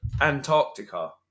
Antarctica